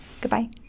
Goodbye